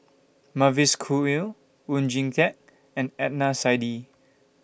Mavis Khoo Oei Oon Jin Teik and Adnan Saidi